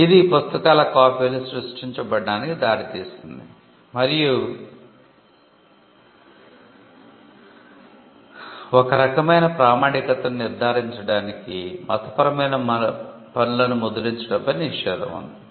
ఇది పుస్తకాల కాపీలు సృష్టించబడటానికి దారితీసింది మరియు ఒకరకమైన ప్రామాణికతను నిర్ధారించడానికి మతపరమైన పనులను ముద్రించడంపై నిషేధం ఉంది